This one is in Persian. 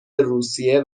روسیه